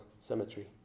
Cemetery